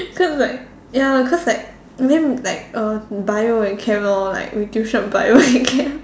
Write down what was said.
then I'm like ya cause like then like uh Bio and Chem lor like we tuition Bio and Chem